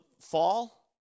fall